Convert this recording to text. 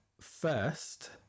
first